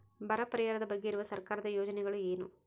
ಬರ ಪರಿಹಾರದ ಬಗ್ಗೆ ಇರುವ ಸರ್ಕಾರದ ಯೋಜನೆಗಳು ಏನು?